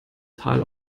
tal